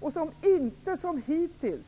De får inte, som hittills,